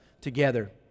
together